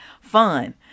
fun